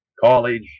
college